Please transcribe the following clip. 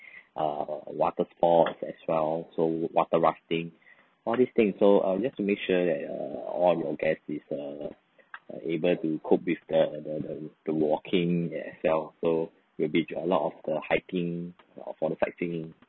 uh waterfall as well so water rafting all these thing so uh just to make sure that uh all your guests is err uh able to cope with the the the the walking as well so will be the a lot of the hiking for the sightseeing